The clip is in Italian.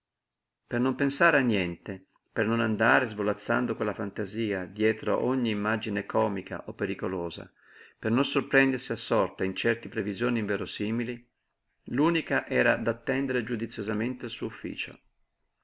per non pensare a niente per non andare svolazzando con la fantasia dietro ogni immagine comica o pericolosa per non sorprendersi assorta in certe previsioni inverosimili l'unica era d'attendere giudiziosamente al suo ufficio